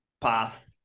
path